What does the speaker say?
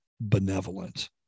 benevolent